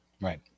right